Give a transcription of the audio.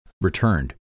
returned